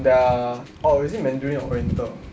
the or is it mandarin oriental